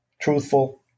truthful